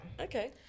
Okay